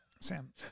Sam